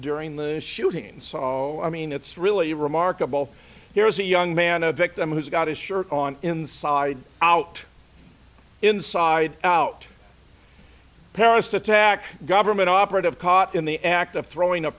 during the shooting so i mean it's really remarkable here's a young man a victim who's got his shirt on inside out inside out paris attack government operative caught in the act of throwing a